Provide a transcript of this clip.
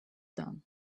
done